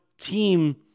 team